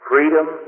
Freedom